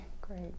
Great